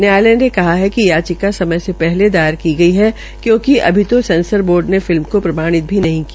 न्यायालय ने कहा कि याचिका समय से पहले दायर दायर की गई है क्योंकि अभी तो सेंसर बोर्ड ने फिल्म को प्रमाणित भी नहीं किया